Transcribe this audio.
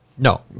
No